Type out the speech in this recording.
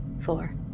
four